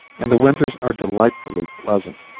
and the winters are delightfully pleasant.